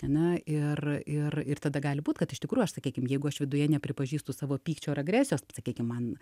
ane ir ir ir tada gali būt kad iš tikrųjų aš sakykim jeigu aš viduje nepripažįstu savo pykčio ar agresijos sakykim man